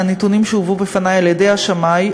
מהנתונים שהובאו בפני על-ידי השמאי,